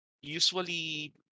usually